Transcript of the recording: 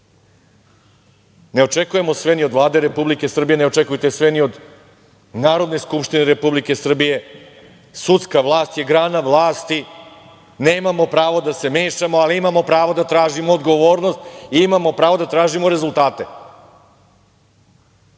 očekujemo sve ni od Vlade Republike Srbije, ne očekujte sve ni od Narodne skupštine Republike Srbije. Sudska vlast je grana vlasti. Nemamo pravo da se mešamo, ali imamo pravo da tražimo odgovornost i imamo pravo da tražimo rezultate